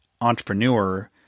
entrepreneur